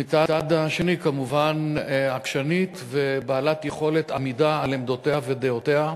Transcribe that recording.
ומצד שני כמובן עקשנית ובעלת יכולת עמידה על עמדותיה ודעותיה.